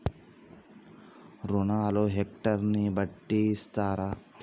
రుణాలు హెక్టర్ ని బట్టి ఇస్తారా?